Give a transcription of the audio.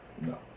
No